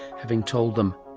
having told them,